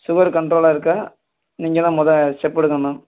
sugar கண்ட்ரோலாக இருக்க நீங்கள் தான் மொதல் ஸ்டெப் எடுக்கணும் மேம்